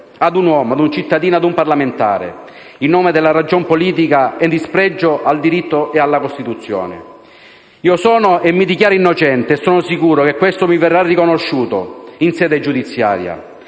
ad un uomo, ad un cittadino, ad un parlamentare, in nome della ragion politica ed in spregio al diritto ed alla Costituzione. Io sono e mi dichiaro innocente e sono sicuro che questo mi verrà riconosciuto in sede giudiziaria